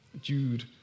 Jude